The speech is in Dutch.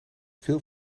veel